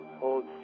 hold